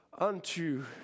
unto